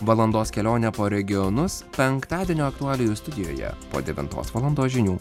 valandos kelionę po regionus penktadienio aktualijų studijoje po devintos valandos žinių